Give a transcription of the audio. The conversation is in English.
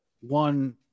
one